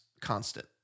constant